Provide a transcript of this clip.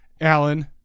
alan